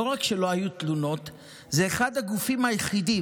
לא רק שלא היו תלונות, זה אחד הגופים היחידים